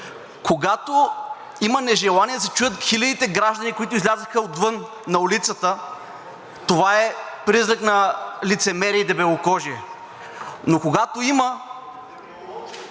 Когато има нежелание да се чуят хилядите граждани, които излязоха отвън на улицата, това е признак на лицемерие и дебелокожие. Но когато има